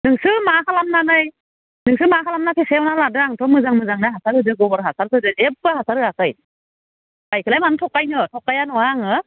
नोंसो मा खालामनानै नोंसो मा खालामनानै फेसेवना लादों आंथ' मोजाङानो हासार होदो गबर हासार होदो जेबो हासार होआखै बायखोलाय मानो थगायनो थगाया नङा आङो